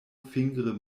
fingre